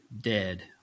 dead